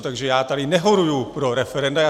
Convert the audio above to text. Takže já tady nehoruji pro referenda.